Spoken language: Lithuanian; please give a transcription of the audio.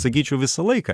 sakyčiau visą laiką